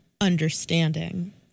understanding